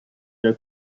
der